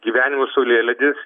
gyvenimo saulėlydis